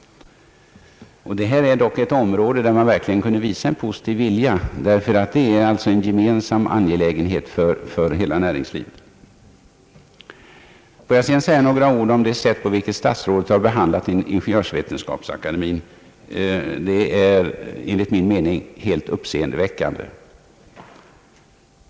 Detta är dock ett område där statsmakterna verkligen kunde visa en positiv vilja, därför att det är en gemensam angelägenhet för hela näringslivet. Låt mig sedan säga några ord om det sätt på vilket statsrådet har behandlat Ingeniörsvetenskapsakademien. Det är enligt min mening helt uppseendeväckande.